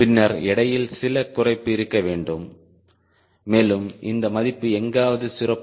பின்னர் எடையில் சில குறைப்பு இருக்க வேண்டும் மேலும் இந்த மதிப்பு எங்காவது 0